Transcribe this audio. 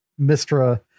mistra